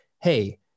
hey